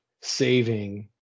saving